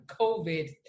COVID